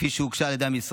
כפי שהוגשה על ידי המשרד,